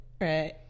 right